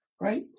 right